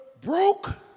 broke